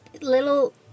little